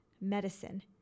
medicine